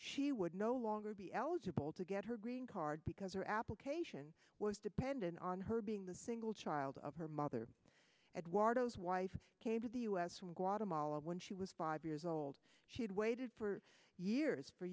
she would no longer be eligible to get her green card because her application was dependent on her being the single child of her mother eduardo's wife came to the us from guatemala when she was five years old she had waited for years for